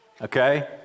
okay